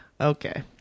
Okay